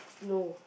no